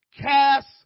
cast